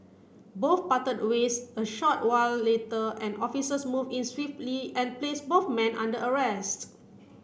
both parted ways a short while later and officers moved in swiftly and placed both men under arrest